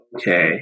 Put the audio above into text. Okay